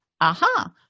Aha